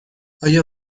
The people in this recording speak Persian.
آیا